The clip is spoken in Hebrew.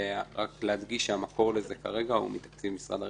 רק להדגיש שהמקור לזה כרגע הוא מתקציב משרד הרווחה.